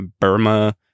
Burma